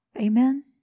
Amen